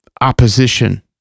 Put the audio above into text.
opposition